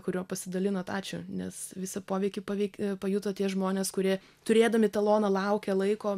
kuriuo pasidalinot ačiū nes visą poveikį paveik pajuto tie žmonės kurie turėdami taloną laukia laiko